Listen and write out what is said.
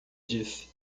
disse